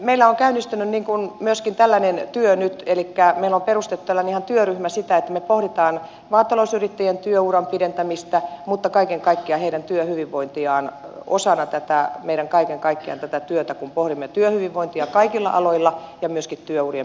meillä on käynnistynyt myöskin tällainen työ nyt elikkä meillä on perustettu ihan tällainen työryhmä siihen että me pohdimme maatalousyrittäjien työuran pidentämistä mutta kaiken kaikkiaan heidän työhyvinvointiaan osana tätä meidän työtämme kun pohdimme työhyvinvointia kaikilla aloilla ja myöskin työurien pidentämistä